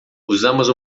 usamos